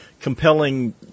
compelling